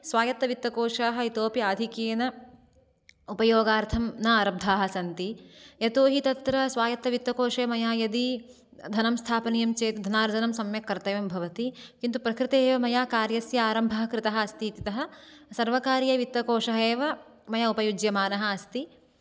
स्वायत्तवित्तकोषाः इतोपि आधिक्येन उपयोगार्थं न आरब्धाः सन्ति यतोहि तत्र स्वायत्तवित्तकोषे मया यदि धनं स्थापनीयं चेत् धनार्जनं सम्यक् कर्तव्यं भवति किन्तु प्रकृते एव मया कार्यस्य आरम्भः कृतः अस्ति इत्यतः सर्वकारीयवित्तकोषः एव मया उपयुज्यमानः अस्ति